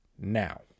now